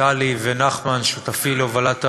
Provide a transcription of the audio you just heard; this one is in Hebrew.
טלי ונחמן, שותפי להובלת השדולה,